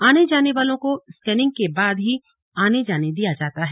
आने जाने वालों को स्केनिंग के बाद ही आने जाने दिया जाता है